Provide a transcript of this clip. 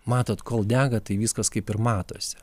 matot kol dega tai viskas kaip ir matosi